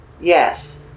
Yes